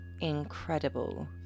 incredible